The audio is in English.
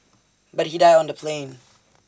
but he died on the plane